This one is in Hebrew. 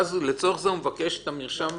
לצורך זה הוא מבקש את המרשם?